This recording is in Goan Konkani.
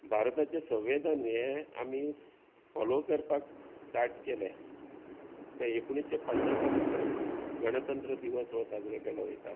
भारताचे संवेदन हे आमी फोलो करपाक स्टार्ट केले तें एकोणीशे पन्नासान सावन गणतंत्र दिवस हो साजरो केलो वयता